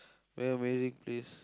very amazing place